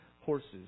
horses